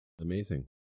Amazing